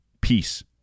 peace